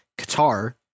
Qatar